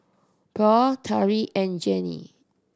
Purl Tariq and Janie